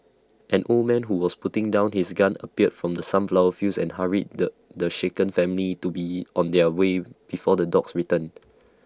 an old man who was putting down his gun appeared from the sunflower fields and hurried the the shaken family to be on their way before the dogs return